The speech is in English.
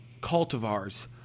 cultivars